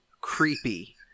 creepy